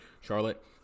Charlotte